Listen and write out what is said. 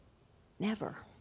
never.